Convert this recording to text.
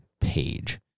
page